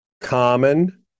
Common